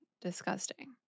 disgusting